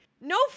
No